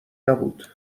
نبود